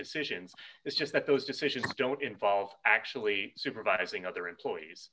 decisions it's just that those decisions don't involve actually supervising other employees